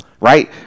Right